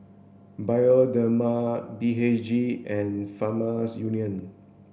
Bioderma B H G and Farmers Union